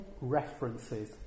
references